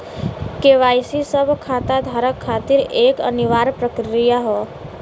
KYC सब खाता धारक खातिर एक अनिवार्य प्रक्रिया हौ